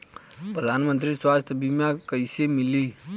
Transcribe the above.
प्रधानमंत्री स्वास्थ्य बीमा कइसे मिली?